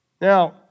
Now